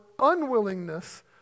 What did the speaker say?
unwillingness